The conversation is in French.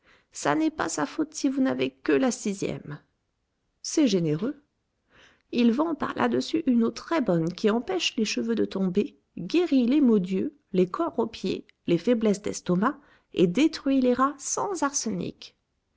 ça n'est pas sa faute si vous n'avez que la sixième c'est généreux il vend par là-dessus une eau très-bonne qui empêche les cheveux de tomber guérit les maux d'yeux les cors aux pieds les faiblesses d'estomac et détruit les rats sans arsenic